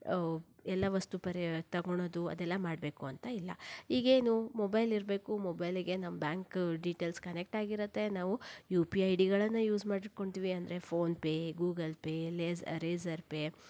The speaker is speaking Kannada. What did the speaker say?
ಎಲ್ಲ ವಸ್ತು ಪರೆ ತೊಗೋಳೋದು ಅದೆಲ್ಲ ಮಾಡಬೇಕು ಅಂತ ಇಲ್ಲ ಈಗೇನು ಮೊಬೈಲ್ ಇರಬೇಕು ಮೊಬೈಲಿಗೆ ನಮ್ಮ ಬ್ಯಾಂಕ್ ಡೀಟೇಲ್ಸ್ ಕನೆಕ್ಟ್ ಆಗಿರತ್ತೆ ನಾವು ಯು ಪಿ ಐ ಡಿಗಳನ್ನು ಯೂಸ್ ಮಾಡಿಟ್ಕೊತಿವಿ ಅಂದರೆ PhonePe Google Pay laser razor pay